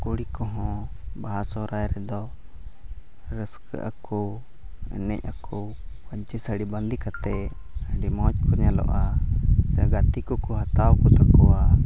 ᱠᱩᱲᱤ ᱠᱚᱦᱚᱸ ᱵᱟᱦᱟ ᱥᱚᱦᱨᱟᱭ ᱨᱮᱫᱚ ᱨᱟᱹᱥᱠᱟᱹᱜ ᱟᱠᱚ ᱮᱱᱮᱡ ᱟᱠᱚ ᱯᱟᱹᱧᱪᱤ ᱥᱟᱹᱲᱤ ᱵᱟᱸᱫᱮ ᱠᱟᱛᱮᱫ ᱟᱹᱰᱤ ᱢᱚᱡᱽ ᱠᱚ ᱧᱮᱞᱚᱜᱼᱟ ᱥᱮ ᱜᱟᱛᱮ ᱠᱚᱠᱚ ᱦᱟᱛᱟᱣ ᱠᱚ ᱛᱟᱠᱚᱣᱟ